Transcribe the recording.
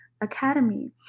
Academy